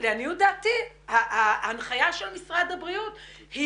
לעניות דעתי ההנחיה של משרד הבריאות היא